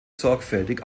sorgfältig